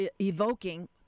evoking